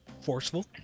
forceful